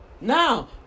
Now